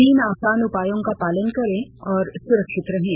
तीन आसान उपायों का पालन करें और सुरक्षित रहें